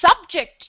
subject